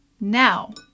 now